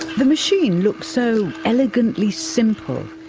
the machine looked so elegantly simple.